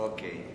אוקיי.